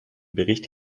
bericht